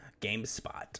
GameSpot